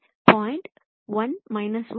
மன்னிக்கவும் 0